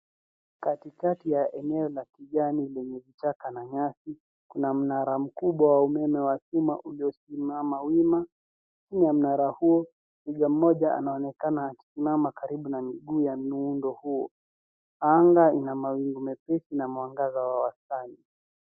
Katikati ya eneo la kijani lenye taka na nyasi na mnara mkubwa wa umeme na stima uliosimama wima. Chini ya mnara huo, twiga mmoja anaonekana akisimama na mguu wa mwendo huo. Anga ina mawingu mwepesi na mwangaza wa wastani.